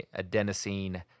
adenosine